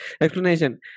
explanation